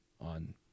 on